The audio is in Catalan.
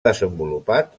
desenvolupat